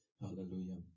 Hallelujah